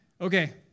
okay